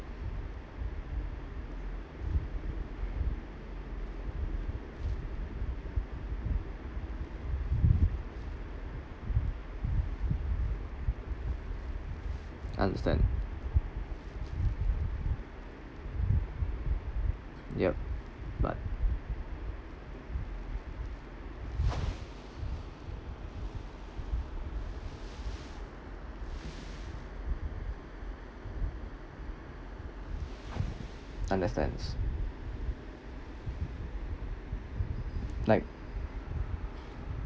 understand yup but understands like